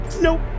Nope